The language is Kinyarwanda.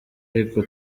ariko